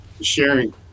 sharing